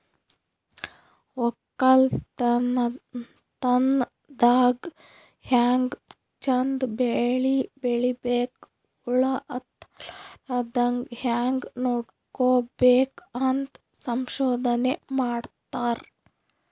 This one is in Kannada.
ವಕ್ಕಲತನ್ ದಾಗ್ ಹ್ಯಾಂಗ್ ಚಂದ್ ಬೆಳಿ ಬೆಳಿಬೇಕ್, ಹುಳ ಹತ್ತಲಾರದಂಗ್ ಹ್ಯಾಂಗ್ ನೋಡ್ಕೋಬೇಕ್ ಅಂತ್ ಸಂಶೋಧನೆ ಮಾಡ್ತಾರ್